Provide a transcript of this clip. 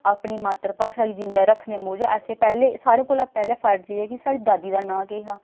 अपनी मात्तर भाशा गी जींदा रक्खने मूजब असे पैह्लें सारें कोला पैह्ले फर्ज एह् ऐ कि साढ़ी दादी दा नांऽ केह् हा